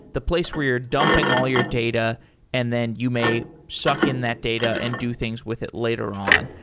the place where you're dumping all your data and then you may suck in that data and do things with it later on.